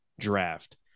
draft